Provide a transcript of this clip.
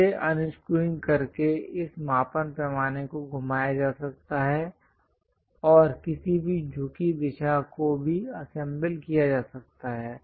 इसे अनस्क्रूइंग करके इस मापन पैमाने को घुमाया जा सकता है और किसी भी झुकी दिशा को भी असेंबल किया जा सकता है